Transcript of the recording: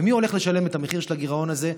ומי הולך לשלם את המחיר של הגירעון הזה?